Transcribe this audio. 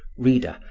reader,